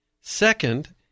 Second